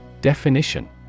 Definition